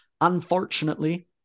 unfortunately